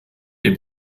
dem